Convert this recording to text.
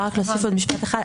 אני יכולה להוסיף עוד משפט אחד?